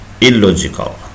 illogical